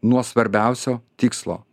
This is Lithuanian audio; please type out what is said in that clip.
nuo svarbiausio tikslo